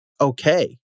okay